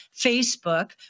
Facebook